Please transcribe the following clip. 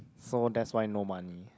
so that's why no money